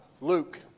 Luke